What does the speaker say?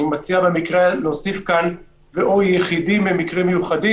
אני מציע להוסיף כאן "ויחידים או יחידים במקרים מיוחדים",